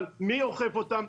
אבל מי אוכף אותם?